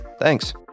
Thanks